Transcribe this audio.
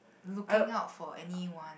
looking out for anyone